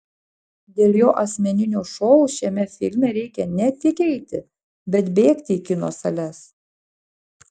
dėl jo asmeninio šou šiame filme reikia ne tik eiti bet bėgti į kino sales